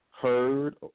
heard